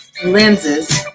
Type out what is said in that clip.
lenses